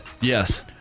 Yes